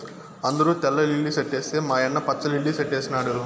అందరూ తెల్ల లిల్లీ సెట్లేస్తే మా యన్న పచ్చ లిల్లి సెట్లేసినాడు